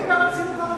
מי דיבר על סילוק ערבים?